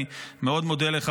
אני מאוד מודה לך.